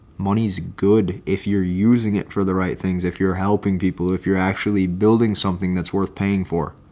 money is good. if you're using it for the right things if you're helping people if you're actually building something that's worth paying for.